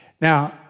Now